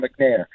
McNair